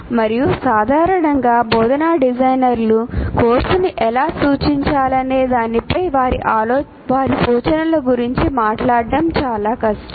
మరియు సాధారణంగా బోధనా డిజైనర్లు కోర్సును ఎలా సూచించాలనే దానిపై వారి సూచనల గురించి మాట్లాడటం చాలా కష్టం